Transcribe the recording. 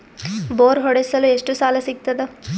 Bore ಹೊಡೆಸಲು ಎಷ್ಟು ಸಾಲ ಸಿಗತದ?